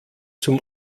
zum